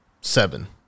seven